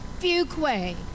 Fuquay